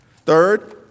Third